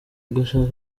ugashaka